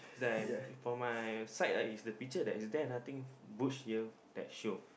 is like for my side right is the picture that is there nothing butch here that show